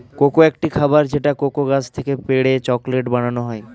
cocoa একটি খাবার যেটা কোকো গাছ থেকে পেড়ে চকলেট বানানো হয়